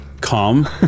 calm